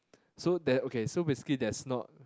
so there okay so basically there's not